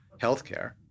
healthcare